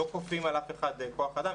לא כופים על אף אחד כוח אדם.